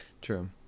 True